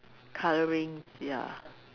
colourings ya